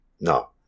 No